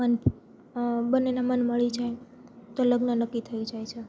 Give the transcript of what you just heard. મન બંનેનાં મન મળી જાય તો લગ્ન નક્કી થઈ જાય છે